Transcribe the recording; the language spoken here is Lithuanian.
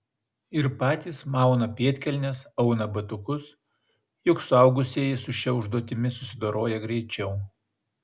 ir patys mauna pėdkelnes auna batukus juk suaugusieji su šia užduotimi susidoroja greičiau